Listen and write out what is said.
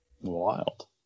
Wild